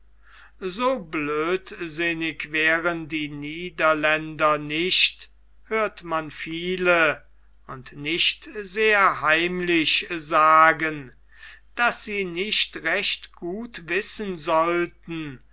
so blödsinnig waren die niederländer nicht hört man viele und nicht sehr heimlich sagen daß sie nicht recht gut wissen sollten